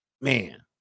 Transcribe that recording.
Man